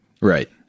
right